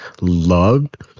loved